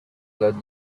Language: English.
let